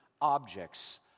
objects